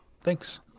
Thanks